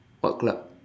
what club